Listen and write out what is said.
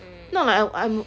not like I'm I'm